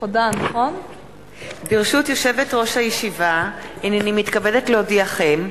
ברשות יושבת-ראש הישיבה, הנני מתכבדת להודיעכם,